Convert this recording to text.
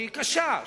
שהיא קשה.